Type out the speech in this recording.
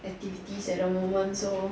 activities at the moment so